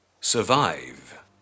survive